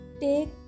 take